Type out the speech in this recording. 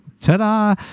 ta-da